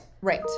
Right